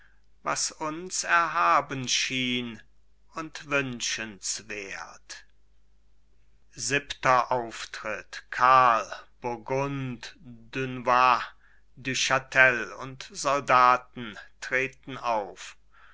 was uns erhaben schien und wünschenswert siebenter auftritt karl burgund dunois du chatel und soldaten treten auf